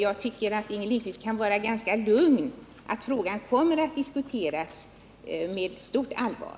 Jag tycker alltså att Inger Lindquist kan vara ganska lugn för att frågan kommer att behandlas med stort allvar.